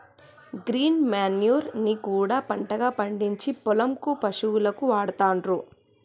green manure ని కూడా పంటగా పండిచ్చి పొలం కు పశువులకు వాడుతాండ్లు